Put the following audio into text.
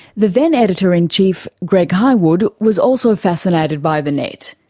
the then editor-in-chief, greg hywood, was also fascinated by the net.